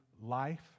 life